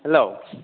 hello